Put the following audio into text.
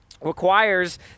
requires